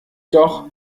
doch